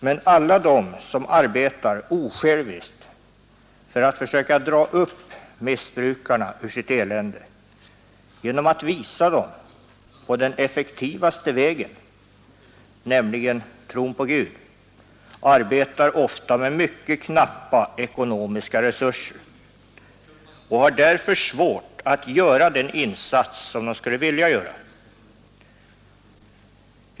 Men alla de som arbetar osjälviskt för att försöka dra upp missbrukarna ur deras elände genom att visa dem på den effektivaste vägen, nämligen tron på Gud, arbetar ofta med mycket knappa ekonomiska resurser och har därför svårt att göra den insats som de skulle vilja göra.